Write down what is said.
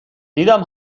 دیدم